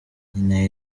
nyina